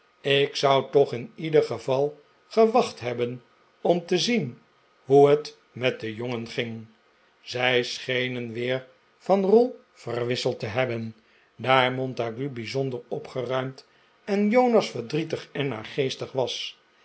ik zou toch in ieder geval gewacht hebben om te zien hoe het met den jongen ging zij schenen weer van rol verwisseld te hebben daar montague bijzonder opgeruimd en jonas verdrietig en naargeestig was